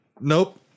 Nope